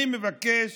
אני מבקש